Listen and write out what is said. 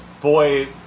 boy